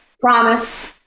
Promise